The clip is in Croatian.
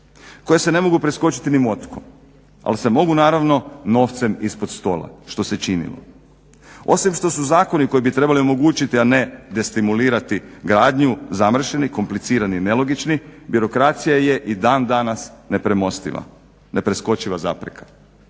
koje se ne mogu preskočiti ni motikom al se mogu naravno novcem ispod stola što se činilo. Osim što su zakoni koji bi trebali omogućiti a ne destimulirati gradnju zamršeni, komplicirani, nelogični, birokracija je dan danas nepremostiva, nepreskočiva zapreka.